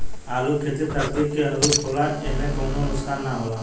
आलू के खेती प्रकृति के अनुरूप होला एइमे कवनो नुकसान ना होला